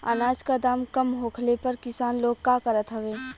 अनाज क दाम कम होखले पर किसान लोग का करत हवे?